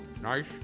Nice